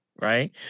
right